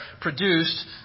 produced